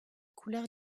couleurs